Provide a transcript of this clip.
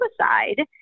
suicide